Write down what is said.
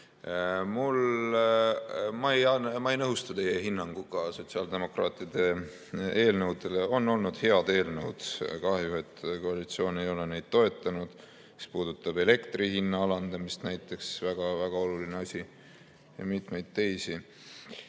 Ma ei nõustu teie hinnanguga sotsiaaldemokraatide eelnõudele. Need on olnud head eelnõud, kahju, et koalitsioon ei ole neid toetanud, mis puudutab elektri hinna alandamist näiteks, mis on väga-väga oluline asi, ja mitmeid teisi.